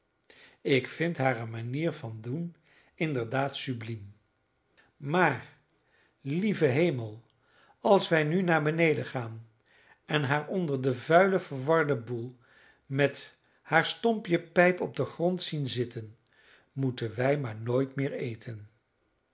ik vind hare manier van doen inderdaad subliem maar lieve hemel als wij nu naar beneden gaan en haar onder den vuilen verwarden boel met haar stompje pijp op den grond zien zitten moeten wij maar nooit meer eten